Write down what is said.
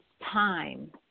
time